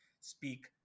speak